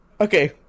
Okay